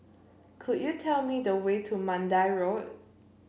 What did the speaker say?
could you tell me the way to Mandai Road